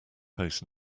post